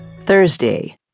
Thursday